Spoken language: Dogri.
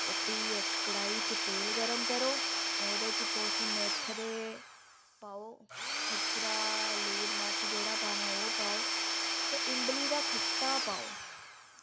ते फ्ही इक कढ़ाई च तेल गरम करो ओह्दे च तुस मेथरे पाओ उप्परा लून मर्च जेह्ड़ा पाना ओह् पाओ ते इम्बली दा खट्टा पाओ